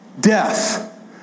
Death